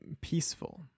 peaceful